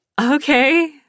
okay